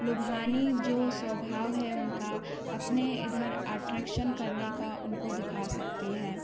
लुभानी जो स्वभाव है उनका अपने इधर आट्रैकशन करने का उनको दिखा सकते हैं